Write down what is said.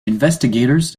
investigators